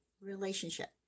relationship